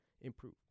improve